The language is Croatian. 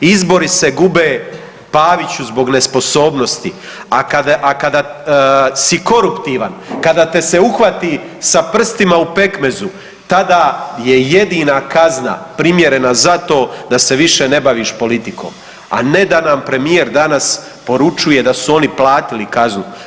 Izbori se gube, Paviću, zbog nesposobnosti, a kada si koruptivan, kada te se uhvati sa prstima u pekmezu, tada je jedina kazna primjerena za to da se više ne baviš politikom, a ne da nam premijer danas poručuje da su oni platili kaznu.